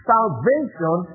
Salvation